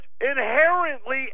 inherently